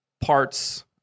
parts